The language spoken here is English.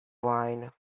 wine